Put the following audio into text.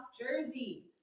Jersey